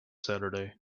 saturday